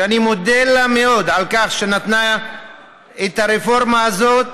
שאני מודה לה מאוד על כך שנתנה את הרפורמה הזאת,